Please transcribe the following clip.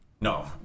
no